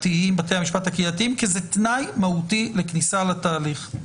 הקהילתיים כי זה תנאי מהותי לכניסה לתהליך.